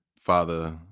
father